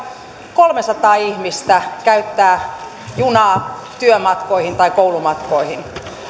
kolmesataa ihmistä käyttää junaa työmatkoihin tai koulumatkoihin